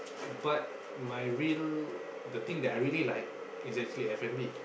but my real the thing that I really like is actually F-and-B